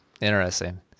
Interesting